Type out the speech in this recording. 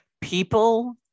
People